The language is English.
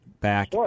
back